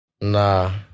Nah